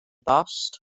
bost